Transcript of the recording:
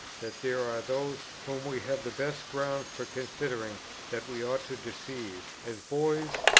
that there are those whom we have the best grounds for considering that we ought to deceive as boys,